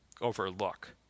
overlook